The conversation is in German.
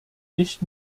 nicht